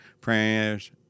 Prayers